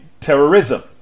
terrorism